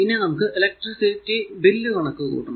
ഇനി നമുക്ക് electricity bill കണക്കു കൂട്ടണം